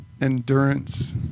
endurance